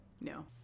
no